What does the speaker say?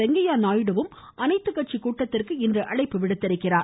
வெங்கையா நாயுடுவும் அனைத்துக்கட்சி கூட்டத்திற்கு இன்று அழைப்பு விடுத்திருக்கிறார்